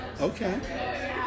Okay